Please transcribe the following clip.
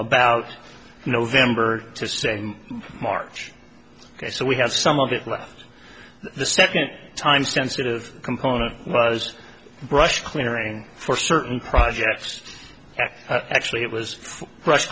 about november to say march ok so we have some of it left the second time sensitive component was brush clearing for certain projects and actually it was rush